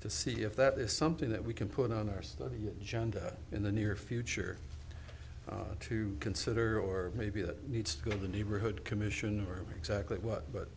to see if that is something that we can put on our study agenda in the near future to consider or maybe it needs to go to the neighborhood commission or exactly what but